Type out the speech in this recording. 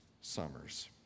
summers